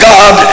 God